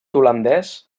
holandès